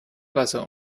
wasser